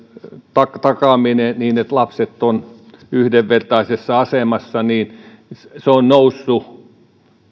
varhaiskasvatusoikeuden takaaminen niin että lapset ovat yhdenvertaisessa asemassa on noussut